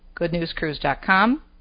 Goodnewscruise.com